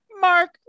Mark